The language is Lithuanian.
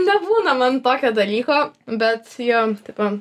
nebūna man tokio dalyko bet jo tipo